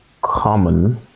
common